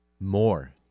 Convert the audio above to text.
More